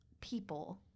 people